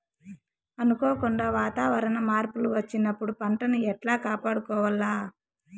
అనుకోకుండా వాతావరణ మార్పులు వచ్చినప్పుడు పంటను ఎట్లా కాపాడుకోవాల్ల?